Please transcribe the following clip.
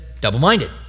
double-minded